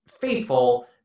faithful